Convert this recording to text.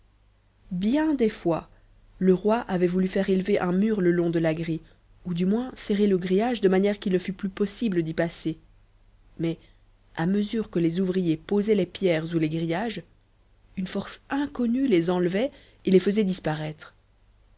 bien des fois le roi avait voulu faire élever un mur le long de la grille ou du moins serrer le grillage de manière qu'il ne fût plus possible d'y passer mais à mesure que les ouvriers posaient les pierres ou les grillages une force inconnue les enlevait et les faisait disparaître